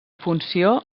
funció